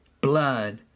blood